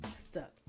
stuck